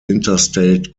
interstate